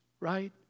right